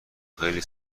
خیلی